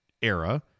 era